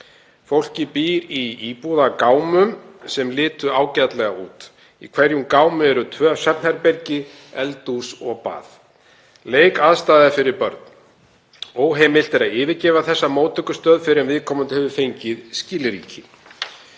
Fólkið býr í íbúðagámum sem litu ágætlega út. Í hverjum gámi eru tvö svefnherbergi, eldhús og bað. Leikaðstaða er fyrir börn. Óheimilt er að yfirgefa þessa móttökustöð fyrr en viðkomandi hefur fengið skilríki.